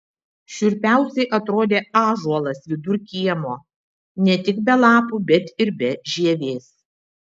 šiurpiausiai atrodė ąžuolas vidur kiemo ne tik be lapų bet ir be žievės